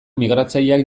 migratzaileak